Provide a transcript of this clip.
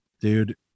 Dude